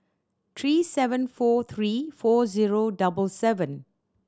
three seven four three four zero double seven